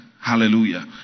Hallelujah